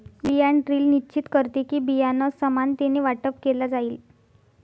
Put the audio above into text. बियाण ड्रिल निश्चित करते कि, बियाणं समानतेने वाटप केलं जाईल